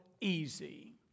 easy